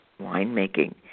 winemaking